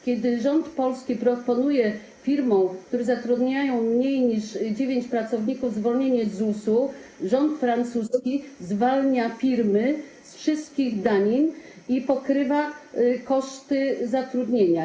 Kiedy rząd polski proponuje firmom, które zatrudniają mniej niż dziewięciu pracowników, zwolnienie z ZUS-u, rząd francuski zwalnia firmy z wszystkich danin i pokrywa koszty zatrudnienia.